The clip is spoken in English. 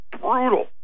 brutal